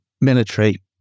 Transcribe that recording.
military